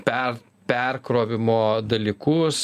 per perkrovimo dalykus